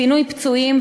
פינוי פצועים,